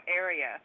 area